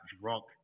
drunk